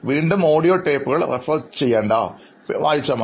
വീണ്ടും ഓഡിയോ ടേപ്പുകൾ റഫർ ചെയ്യേണ്ടേ ഇവ വായിച്ചാൽ മാത്രം മതി